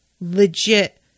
Legit